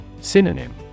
Synonym